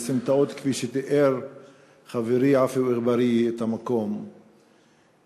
כפי שתיאר חברי עפו אגבאריה את המקום,